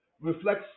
reflects